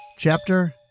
Chapter